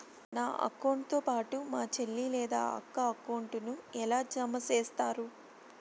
నా అకౌంట్ తో పాటు మా చెల్లి లేదా అక్క అకౌంట్ ను ఎలా జామ సేస్తారు?